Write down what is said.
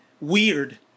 weird